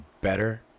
better